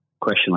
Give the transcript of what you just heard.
question